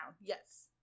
Yes